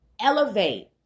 elevate